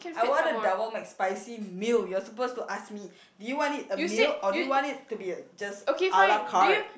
I want a double McSpicy meal you're supposed to ask me do you want it a meal or do you want it to be a just ala-carte